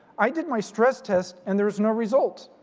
i did my stress test and there's no result.